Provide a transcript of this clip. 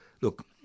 Look